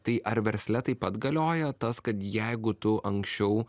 tai ar versle taip pat galioja tas kad jeigu tu anksčiau